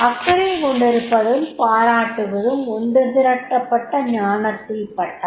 அக்கறை கொண்டிருப்பதும் பாராட்டுவதும் ஒன்றுதிரட்டபட்ட ஞானத்தில் பட்டவை